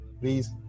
Please